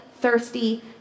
thirsty